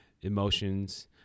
emotions